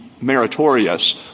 meritorious